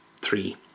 three